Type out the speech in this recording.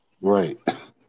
Right